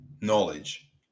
knowledge